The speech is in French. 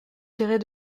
tirés